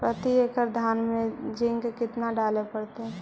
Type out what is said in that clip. प्रती एकड़ धान मे जिंक कतना डाले पड़ताई?